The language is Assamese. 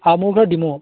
অঁ মোৰ ঘৰ দিমৌ